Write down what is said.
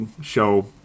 show